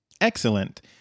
Excellent